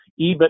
EBIT